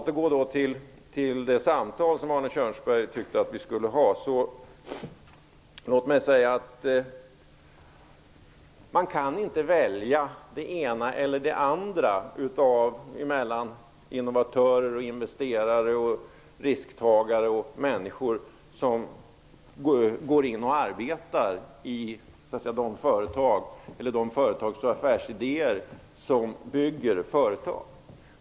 För att återgå till det samtal som Arne Kjörnsberg tyckte att vi skulle ha, vill jag säga att man inte kan välja mellan antingen innovatörer, investerare och risktagare eller människor som går in och arbetar i de företag och med de affärsidéer som bygger företag.